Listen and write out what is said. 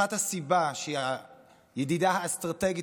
אחת הסיבות שהיא הידידה האסטרטגית